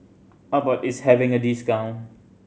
Abbott is having a discount